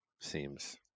seems